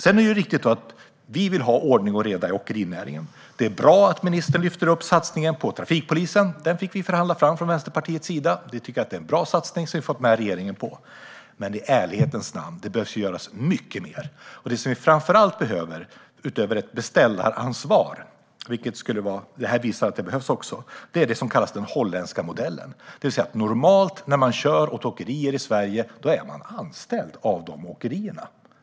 Det är riktigt att vi vill ha ordning och reda i åkerinäringen. Det är bra att ministern lyfter upp satsningen på trafikpolisen; den fick vi förhandla fram från Vänsterpartiets sida. Vi tycker att det är en bra satsning som vi har fått med regeringen på. Men i ärlighetens namn: Det behöver göras mycket mer, och det som vi framför allt behöver, utöver ett beställaransvar - och det här visar att det behövs - är det som kallas för den holländska modellen. Det vill säga, normalt när man kör åt åkerier i Sverige är man anställd av dessa åkerier.